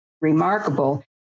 remarkable